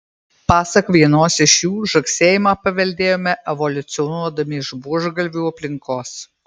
pasak vienos iš jų žagsėjimą paveldėjome evoliucionuodami iš buožgalvių aplinkos